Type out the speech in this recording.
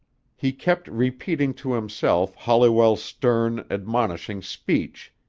he kept repeating to himself holliwell's stern, admonishing speech